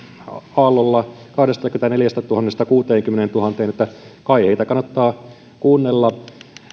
aallolla kahdestakymmenestäneljästätuhannesta kuuteenkymmeneentuhanteen niin että kai heitä kannattaa kuunnella